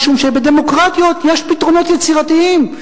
משום שבדמוקרטיות יש פתרונות יצירתיים,